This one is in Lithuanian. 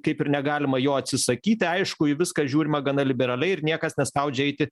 kaip ir negalima jo atsisakyti aišku į viską žiūrima gana liberaliai ir niekas nespaudžia eiti